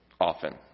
often